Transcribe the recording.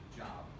job